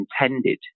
intended